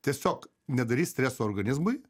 tiesiog nedaryt streso organizmui